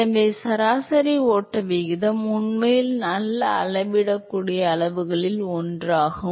எனவே சராசரி ஓட்ட விகிதம் உண்மையில் நல்ல அளவிடக்கூடிய அளவுகளில் ஒன்றாகும்